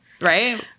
Right